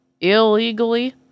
illegally